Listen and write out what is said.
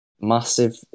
massive